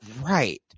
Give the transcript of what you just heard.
right